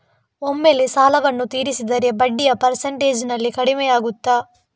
ಒಮ್ಮೆಲೇ ಸಾಲವನ್ನು ತೀರಿಸಿದರೆ ಬಡ್ಡಿಯ ಪರ್ಸೆಂಟೇಜ್ನಲ್ಲಿ ಕಡಿಮೆಯಾಗುತ್ತಾ?